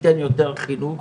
שתתן יותר חינוך